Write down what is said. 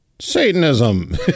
Satanism